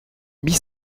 mit